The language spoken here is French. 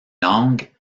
langues